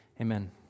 Amen